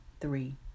three